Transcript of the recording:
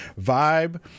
vibe